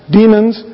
demons